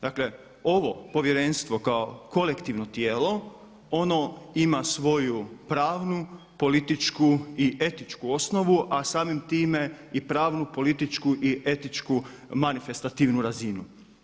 Dakle ovo povjerenstvo kao kolektivno tijelo ono ima svoju pravnu, političku i etičku osnovu a samim time i pravnu, političku i etičku manifestativnu razinu.